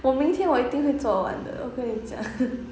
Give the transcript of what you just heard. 我明天我一定会做完的我跟你讲